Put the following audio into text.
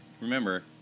remember